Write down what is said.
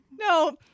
no